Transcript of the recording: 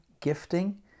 gifting